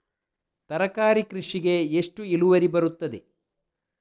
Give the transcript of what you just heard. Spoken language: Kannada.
ತರಕಾರಿ ಕೃಷಿಗೆ ಎಷ್ಟು ಇಳುವರಿ ಬರುತ್ತದೆ?